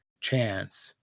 chance